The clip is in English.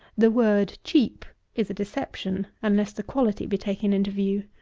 the word cheap is a deception, unless the quality be taken into view.